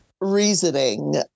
reasoning